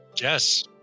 Yes